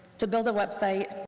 to build a website,